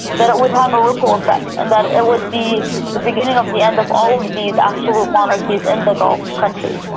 but it would have a ripple effect and that it would be the beginning of the end of all of these absolute monarchies in the gulf countries.